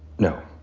no,